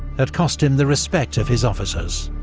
had cost him the respect of his officers.